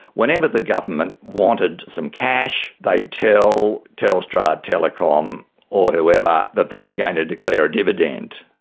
whenever the government wanted some cash they'd tell telstra, telecom or whoever, that they were going to declare a dividend.